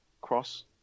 Cross